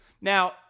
Now